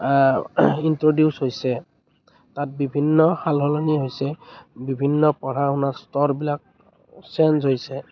introduce হৈছে তাত বিভিন্ন সাল সলনি হৈছে বিভিন্ন পঢ়া শুনাৰ স্তৰ বিলাক চেঞ্জ হৈছে